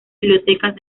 bibliotecas